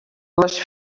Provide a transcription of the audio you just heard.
les